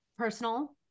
personal